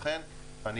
לכן,